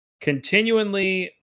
continually